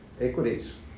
equities